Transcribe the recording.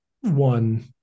one